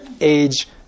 age